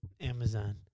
Amazon